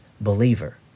believer